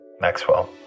Maxwell